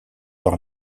par